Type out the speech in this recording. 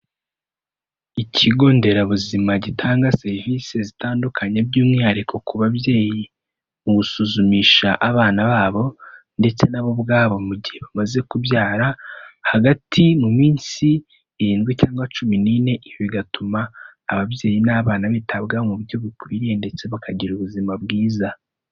Ikigo nderabuzima gitanga serivisi zitandukanye by'umwihariko ku babyeyi, mu gusuzumisha abana babo ndetse nabo ubwabo mu gihe bamaze kubyara hagati mu minsi irindwi cyangwa cumi n'ine bigatuma ababyeyi n'abana bitabwa mu buryo bukwiriye ndetse bakagira ubuzima bwiza.